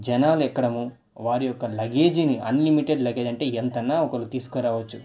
జనాలు ఎక్కడము వారి యొక్క లగేజీని అన్లిమిటెడ్ లగేజీని అంటే ఎంతైనా ఒక్కొక్కరు తీసుకురావచ్చు